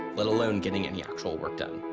let alone getting any actual work done.